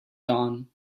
dawn